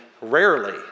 rarely